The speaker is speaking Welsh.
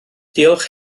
diolch